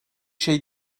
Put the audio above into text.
şey